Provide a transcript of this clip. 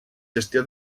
gestió